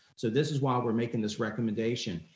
so this is why we're making this recommendation.